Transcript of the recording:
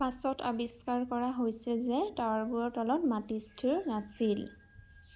পাছত আৱিষ্কাৰ কৰা হৈছিল যে টাৱাৰবোৰৰ তলৰ মাটি স্থিৰ নাছিল